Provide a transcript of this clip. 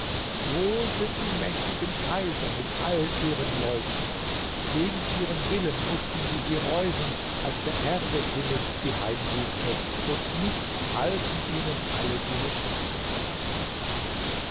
wo sind die mächtigen kaiser mit allen ihren leuten gegen ihren willen mußten sie sie räumen als der herr des himmels sie heimsuchte und nichts halfen ihnen alle ihre schätze